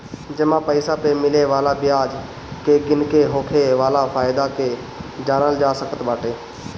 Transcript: जमा पईसा पअ मिले वाला बियाज के गिन के होखे वाला फायदा के जानल जा सकत बाटे